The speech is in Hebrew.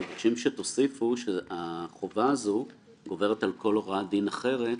מבקשים שתוסיפו שהחובה הזאת גוברת על כל הוראת דין אחרת,